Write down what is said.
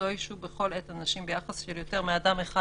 לא ישהו בכל עת אנשים ביחס של יותר מאדם אחד